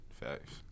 Facts